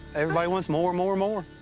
everybody wants more, more, more.